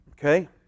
Okay